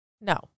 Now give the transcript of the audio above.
No